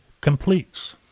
completes